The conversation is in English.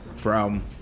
problem